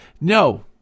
no